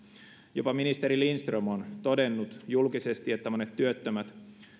jopa ministeri lindström on todennut julkisesti että monet työttömät